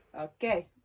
okay